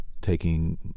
taking